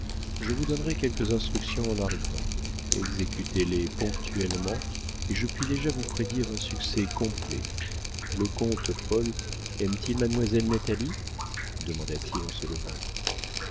je vous donnerai quelques instructions en arrivant exécutez les ponctuellement et je puis déjà vous prédire un succès complet le comte paul aime-t-il mademoiselle natalie demanda-t-il en se levant